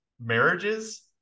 marriages